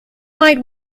might